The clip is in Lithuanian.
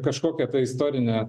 kažkokią tą istorinę